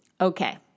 Okay